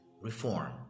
reform